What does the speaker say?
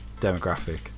demographic